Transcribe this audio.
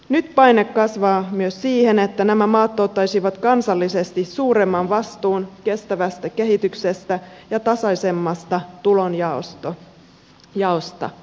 nyt paine kasvaa myös siihen että nämä maat ottaisivat kansallisesti suuremman vastuun kestävästä kehityksestä ja tasaisemmasta tulonjaosta